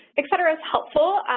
etc. is helpful.